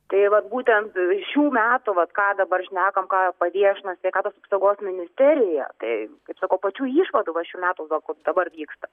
tai vat būtent šių metų vat ką dabar šnekam ką paviešino sveikatos apsaugos ministerija tai kaip sakau pačių išvadų va šių metų gal kur dabar vyksta